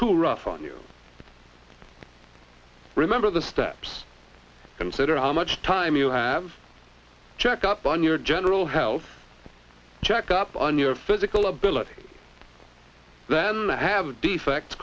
too rough on you remember the steps consider how much time you have check up on your general health check up on your physical ability then i have defects